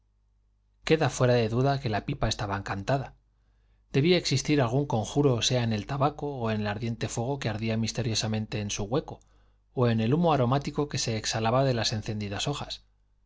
queda fuera de duda que la pipa estaba encantada debía existir algún conjuro sea en el tabaco o en el ardiente fuego que ardía misteriosamente en su hueco o en el humo aromático que se exhalaba de las encendidas hojas